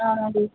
ఆ అండి